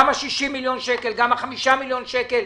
גם ה-60 מיליון שקלים וגם ה-5 מיליון שקלים.